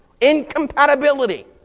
Incompatibility